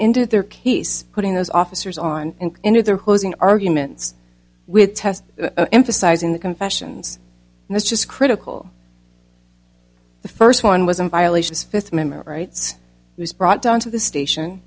ended their case putting those officers on into their hosing arguments with test emphasizing the confessions and this just critical the first one was in violations fifth amendment rights was brought down to the station